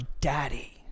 daddy